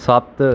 ਸੱਤ